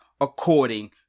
according